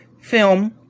film